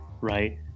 right